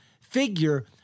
figure